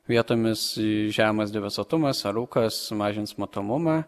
vietomis žemas debesuotumas rūkas mažins matomumą